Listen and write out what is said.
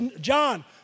John